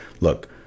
Look